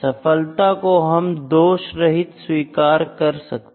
सफलता को हम दोष रहित स्वीकार कर सकते हैं